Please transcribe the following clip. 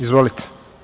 Izvolite.